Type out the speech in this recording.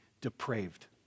depraved